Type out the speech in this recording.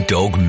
Dog